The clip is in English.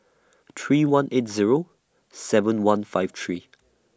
three one eight Zero seven one five three